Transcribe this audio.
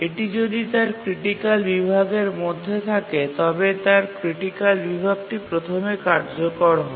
এটি যদি তার ক্রিটিকাল বিভাগের মধ্যে থাকে তবে তার ক্রিটিকাল বিভাগটি প্রথমে কার্যকর হয়